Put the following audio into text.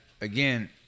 again